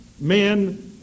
men